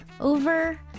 over